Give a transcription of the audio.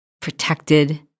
protected